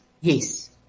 Yes